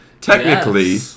technically